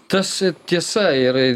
tas tiesa ir